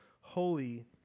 holy